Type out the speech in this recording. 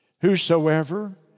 Whosoever